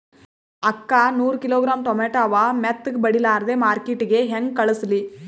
ಅಕ್ಕಾ ನೂರ kilogram tomato ಅವ, ಮೆತ್ತಗಬಡಿಲಾರ್ದೆ ಮಾರ್ಕಿಟಗೆ ಹೆಂಗ ಕಳಸಲಿ?